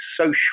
social